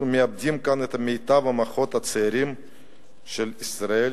אנחנו מאבדים את מיטב המוחות הצעירים של ישראל,